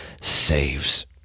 saves